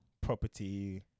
Property